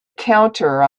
counter